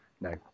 No